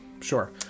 Sure